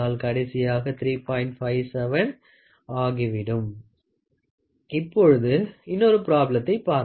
57 ஆகிவிடும் இப்பொழுது இன்னொரு ப்ராப்ளத்தை பார்ப்போம்